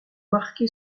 marqué